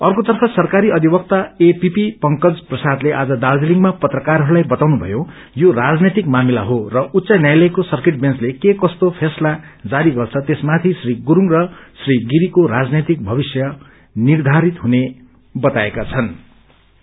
अर्कोतर्फ सरकारी अधिवक्ता एपीपी पंकज प्रसादले आज दार्जीलिङमा पत्रकारहस्लाई बताउनु भयो यो राजनैतिक मामिला हो र उच्च न्यायालयक्रो सर्किट बेन्चले के कस्तो फैसला जारी गर्छ त्यसमाथि श्री गुरुङ र श्री गिरीको राजनैतिक भविष्य निर्धारित हुने अधिवक्ता प्रसादले बताए